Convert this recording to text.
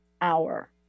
hour